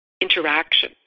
interaction